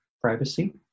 privacy